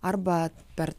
arba per